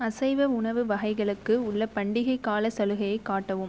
அசைவ உணவு வகைகளுக்கு உள்ள பண்டிகைக் காலச் சலுகையை காட்டவும்